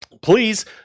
Please